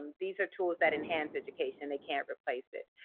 these are tools that enhance education. they can't replace it.